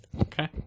Okay